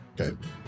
Okay